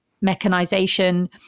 mechanization